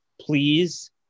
please